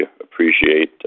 appreciate